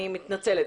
אני מתנצלת.